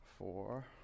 Four